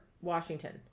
Washington